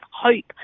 hope